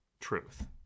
Truth